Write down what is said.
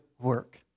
work